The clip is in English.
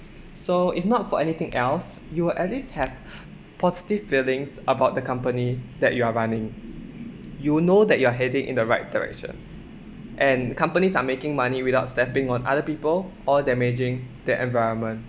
so if not for anything else you will at least have positive feelings about the company that you are running you know that you are heading in the right direction and companies are making money without stepping on other people or damaging the environment